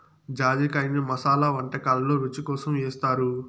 జాజికాయను మసాలా వంటకాలల్లో రుచి కోసం ఏస్తారు